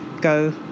go